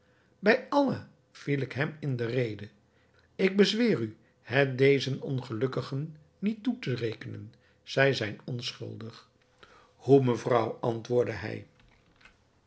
bij allah viel ik hem in de rede ik bezweer u het dezen ongelukkigen niet toe te rekenen zij zijn onschuldig hoe mevrouw antwoordde hij